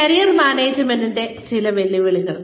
career മാനേജ്മെന്റിന് ചില വെല്ലുവിളികൾ